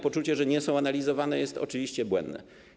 Poczucie, że nie są analizowane, jest oczywiście błędne.